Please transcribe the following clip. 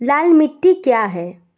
लाल मिट्टी क्या है?